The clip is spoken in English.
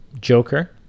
Joker